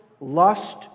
lust